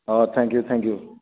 ହଁ thank you thank you